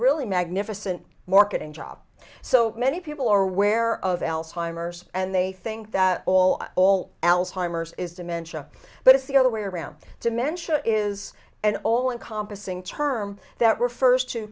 really magnificent marketing job so many people are aware of alzheimer's and they think that all all alzheimer's is dementia but it's the other way around dementia is an all in compas ing term that refers to